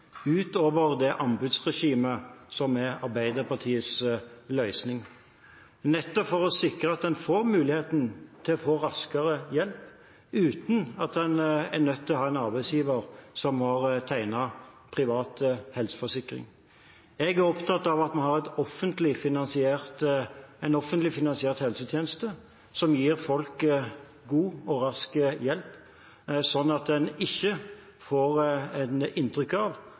utover det anbudsregimet som er Arbeiderpartiets løsning, nettopp for å sikre at en får mulighet til å få raskere hjelp – uten at en er nødt til å ha en arbeidsgiver som har tegnet privat helseforsikring. Jeg er opptatt av at vi har en offentlig finansiert helsetjeneste som gir folk god og rask hjelp, slik at en ikke får inntrykk av